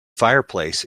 fireplace